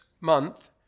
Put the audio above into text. month